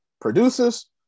Producers